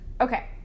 okay